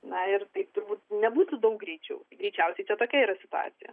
na ir taip turbūt nebūtų daug greičiau greičiausiai čia tokia yra situacija